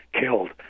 killed